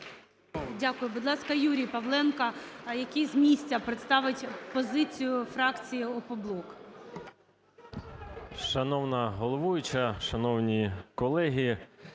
Дякую. Будь ласка, Юрій Павленко, який з місця представить позицію фракції "Опоблок".